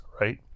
right